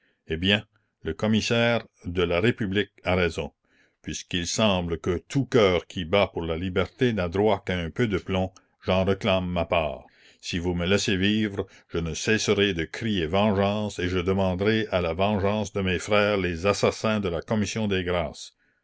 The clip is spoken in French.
eh bien le commissaire de la république a raison puisqu'il semble que tout cœur qui bat pour la liberté n'a droit qu'à un peu de plomb j'en réclame ma part si vous me laissez vivre je ne cesserai de crier vengeance et je demanderai à la vengeance de mes frères les assassins de la commission des grâces